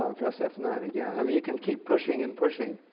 um press f nine again i mean you can keep pushing and pushing,